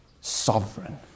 sovereign